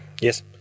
Yes